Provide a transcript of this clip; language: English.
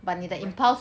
MacBook